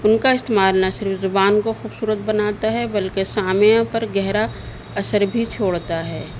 ان کا استعمال نہ صرف زبان کو خوبصورت بناتا ہے بلکہ سامیہ پر گہرا اثر بھی چھوڑتا ہے